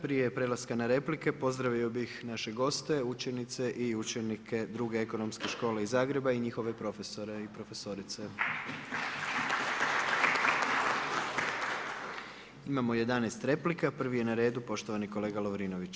Prije prelaske na replike, pozdravio bi naše goste, učenice i učenike Druge ekonomske škole iz Zagreba i njihove profesore i profesorice … Imamo 11 replika, prvi je na redu, poštovani kolega Lovrinović.